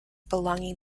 belonging